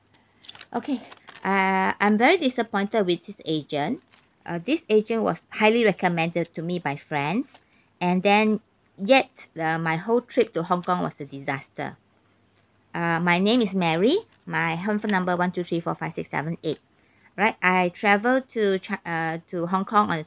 okay err I'm very disappointed with this agent uh this agent was highly recommended to me by friends and then yet the my whole trip to hong kong was a disaster uh my name is mary my handphone number one two three four five six seven eight alright I travelled to chi~ uh to hong kong on